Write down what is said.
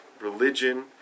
religion